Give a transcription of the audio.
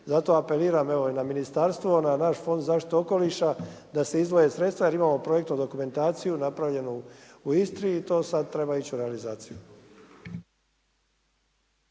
zato apeliram i na ministarstvo i na naš Fond zaštite okoliša da se izdvoje sredstva jer imamo projektnu dokumentaciju napravljenu u Istri i to sada treba ići u realizaciju.